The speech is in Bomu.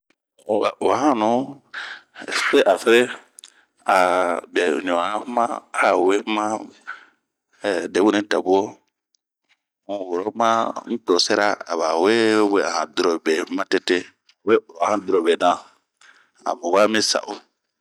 Wa hanuh fe afere, ahh bie ɲu'ɔn a we huma ehhh Debuwenu yi ta bio, n'we woro ma n'tosɛra a mu ɲɔ'ɔn bɛ to we huma. aba we ura han dirobe na matete,a mu wa mi sa'o.